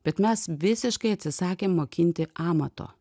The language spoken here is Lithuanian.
bet mes visiškai atsisakėm mokinti amato